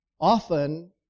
often